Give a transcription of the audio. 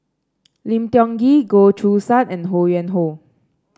Lim Tiong Ghee Goh Choo San and Ho Yuen Hoe